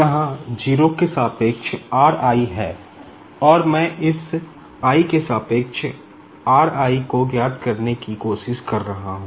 यहां 0 के सापेक्ष r i है और मैं इस i के सापेक्ष r i को ज्ञात करने की कोशिश कर रहा हूं